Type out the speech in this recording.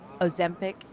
Ozempic